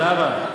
זהבה,